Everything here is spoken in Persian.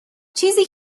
چیزی